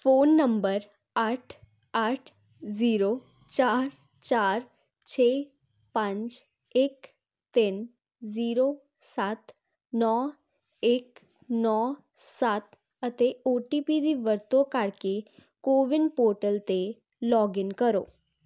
phone number ਅੱਠ ਅੱਠ zero ਚਾਰ ਚਾਰ ਛੇ ਪੰਜ ਇੱਕ ਤਿੰਨ ਜੀਰੋ ਸੱਤ ਨੋੌਂ ਇੱਕ ਨੌਂ ਸੱਤ ਅਤੇ ਓ ਟੀ ਪੀ ਦੀ ਵਰਤੋਂ ਕਰਕੇ ਕੋਵਿੰਨ ਪੋਰਟਲ 'ਤੇ ਲੌਗਇਨ ਕਰੋ